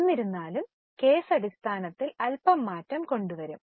എന്നിരുന്നാലും കേസ് അടിസ്ഥാനത്തിൽ അല്പം മാറ്റം കൊണ്ടുവരും